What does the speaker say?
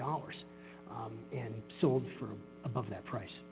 dollars and sold for above that price